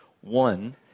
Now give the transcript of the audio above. One